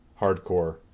hardcore